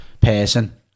person